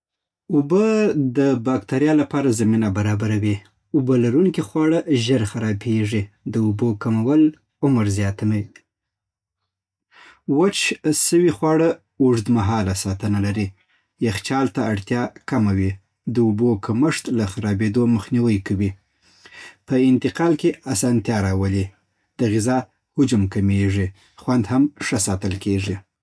اوبه د باکتریا لپاره زمینه برابروي. اوبه لرونکي خواړه ژر خرابېږي. د اوبو کمول عمر زیاتوي. وچ سوي خواړه اوږدمهاله ساتنه لري. یخچال ته اړتیا کمه وي. د اوبو کمښت له خرابېدو مخنیوی کوي. په انتقال کې آسانتیا راولي. د غذا حجم کمېږي. خوند هم ښه ساتل کېږي